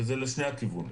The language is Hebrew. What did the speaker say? וזה לשני הכיוונים.